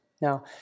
Now